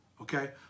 okay